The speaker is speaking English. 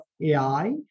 AI